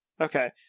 Okay